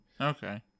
Okay